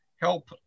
help